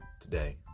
today